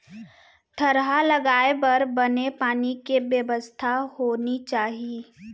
थरहा लगाए बर बने पानी के बेवस्था होनी चाही